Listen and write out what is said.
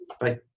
Bye